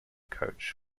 coach